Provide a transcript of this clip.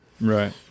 Right